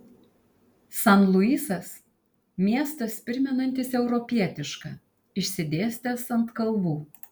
san luisas miestas primenantis europietišką išsidėstęs ant kalvų